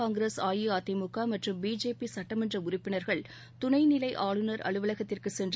காங்கிரஸ் அஇஅதிமுக மற்றம் பிஜேபி சுட்டமன்ற உறுப்பினர்கள் துணை நிலை ஆளுநர் அலுவலகத்திற்கு சென்று